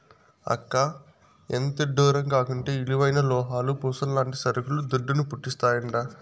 అక్కా, ఎంతిడ్డూరం కాకుంటే విలువైన లోహాలు, పూసల్లాంటి సరుకులు దుడ్డును, పుట్టిస్తాయంట